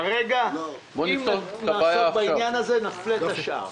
כרגע אם נעסוק בעניין הזה, נפלה את השאר.